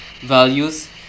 values